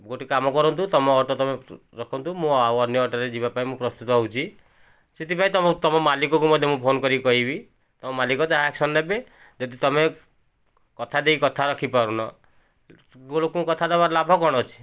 ଗୋଟିଏ କାମ କରନ୍ତୁ ତୁମ ଅଟୋ ରଖନ୍ତୁ ମୁଁ ଆଉ ଅନ୍ୟ ଅଟୋରେ ଯିବାପାଇଁ ମୁଁ ପ୍ରସ୍ତୁତ ହେଉଛି ସେଥିପାଇଁ ତୁମ ତୁମ ମାଲିକକୁ ମଧ୍ୟ ମୁଁ ଫୋନ କରିକି କହିବି ତୁମ ମାଲିକ ଯାହା ଆକ୍ସନ ନେବେ ଯଦି ତୁମେ କଥାଦେଇ କଥା ରଖିପାରୁନ ଗୋଟିଏ ଲୋକକୁ କଥାଦେବାର ଲାଭ କ'ଣ ଅଛି